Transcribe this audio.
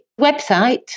website